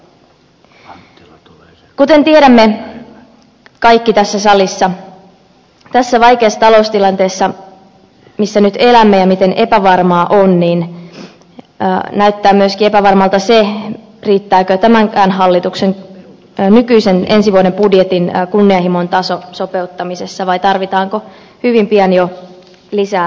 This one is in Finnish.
kuten tiedämme kaikki tässä salissa tässä vaikeassa taloustilanteessa missä nyt elämme ja miten epävarmaa on näyttää myöskin epävarmalta se riittääkö tämänkään hallituksen nykyisen ensi vuoden budjetin kunnianhimon taso sopeuttamisessa vai tarvitaanko hyvin pian jo lisää säästöjä